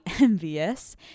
envious